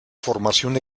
formación